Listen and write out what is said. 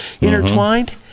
intertwined